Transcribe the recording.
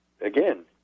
again